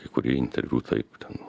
kai kurie interviu taip ten